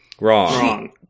Wrong